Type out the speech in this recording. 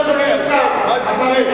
ברצון כחבר כנסת,